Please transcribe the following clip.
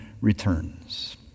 returns